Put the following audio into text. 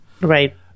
Right